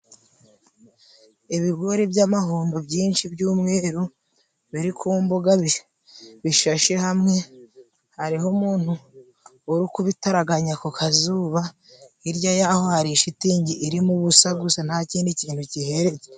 Ibigori by'amahundo byinshi by'umweru biri ku mbuga bishashe hamwe, hariho umuntu uri kubitaraganya ku kazuba, hirya y'aho hari shitingi irimo ubusa gusa, nta kindi kintu kihegereye.